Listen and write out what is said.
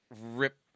rip